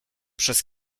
przez